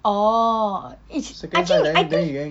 orh is I think I think